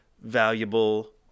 valuable